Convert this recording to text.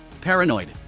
paranoid